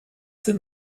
sind